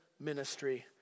ministry